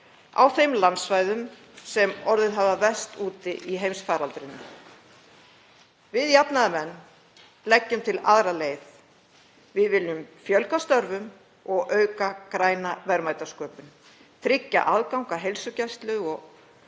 á þeim landsvæðum sem orðið hafa verst úti í heimsfaraldrinum. Við jafnaðarmenn leggjum til aðra leið. Við viljum fjölga störfum og auka græna verðmætasköpun. Við viljum tryggja aðgang að heilsugæslu og